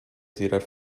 tirare